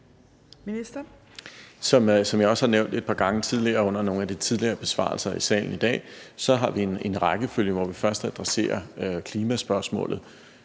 Som jeg også har nævnt et par gange tidligere under nogle af de tidligere besvarelser i salen i dag, har vi en rækkefølge, hvor vi først adresserer klimaspørgsmålet